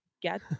get